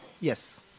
Yes